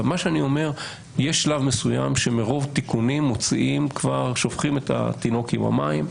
אני אומר שיש שלב מסוים שמרוב תיקונים שופכים את התינוק עם המים.